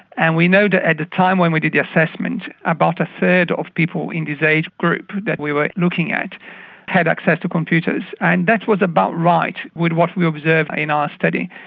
and we know that at the time when we did the assessment about a third of people in this age group that we were looking at had access to computers, and that was about right with what we observed in our study,